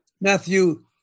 Matthew